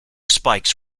spikes